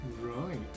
Right